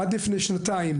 עד לפני שנתיים,